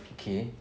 okay